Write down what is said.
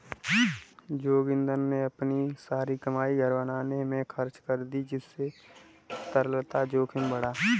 जोगिंदर ने अपनी सारी कमाई घर बनाने में खर्च कर दी जिससे तरलता जोखिम बढ़ा